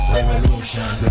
Revolution